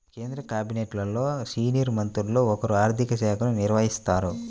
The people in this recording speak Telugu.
కేంద్ర క్యాబినెట్లోని సీనియర్ మంత్రుల్లో ఒకరు ఆర్ధిక శాఖను నిర్వహిస్తారు